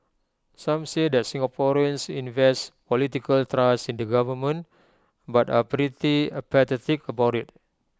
some say that Singaporeans invest political trust in the government but are pretty apathetic about IT